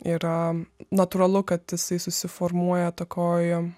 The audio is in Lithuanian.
yra natūralu kad jisai susiformuoja tokoj um